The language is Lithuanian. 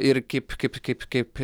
ir kaip kaip kaip kaip